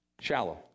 shallow